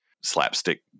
slapstick